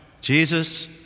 Jesus